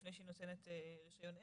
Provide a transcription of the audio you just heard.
טרם היא נותנת רישיון עסק,